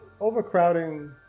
Overcrowding